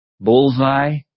Bullseye